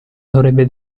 dovrebbe